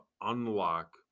unlock